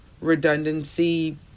redundancy